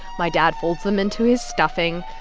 my dad folds them into his stuffing.